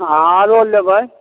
हँ आरो लेबै